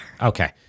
Okay